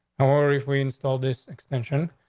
how are if we install this extension?